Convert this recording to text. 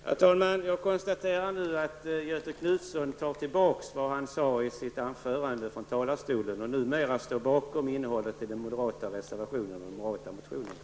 Herr talman! Jag konstaterar nu att Göthe Knutson tar tillbaka vad han sade i sitt anförande från talarstolen och att han numera står bakom innehållet i den moderata reservationen och den moderata motionen.